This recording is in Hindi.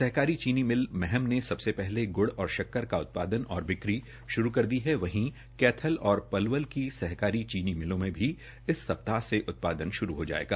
सहकारी चीनी मिल महम ने सबसे पहले ग्ड़ और शक्कर का उत्पादन और बिक्री श्रू कर दी है वहीं कैथल और पलवल की सहकारी चीनी मिलों में भी इस सप्ताह से उत्पादन श्रू हो जाएगा